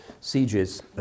sieges